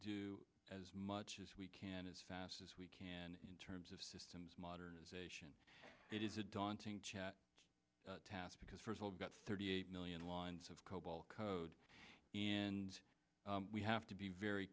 do as much as we can as fast as we can in terms of systems modernization it is a daunting chat task because first hold got thirty eight million lines of cobol code and we have to be very